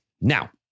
Now